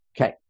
Okay